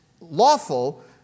lawful